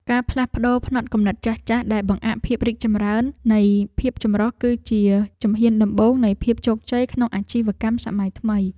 ការផ្លាស់ប្តូរផ្នត់គំនិតចាស់ៗដែលបង្អាក់ភាពរីកចម្រើននៃភាពចម្រុះ គឺជាជំហានដំបូងនៃភាពជោគជ័យក្នុងអាជីវកម្មសម័យថ្មី។